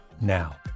now